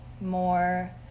more